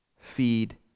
Feed